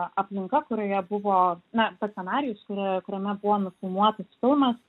aplinka kurioje buvo na pats scenarijus kuri kuriame buvo nufilmuotas filmas